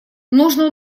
нужно